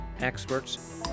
experts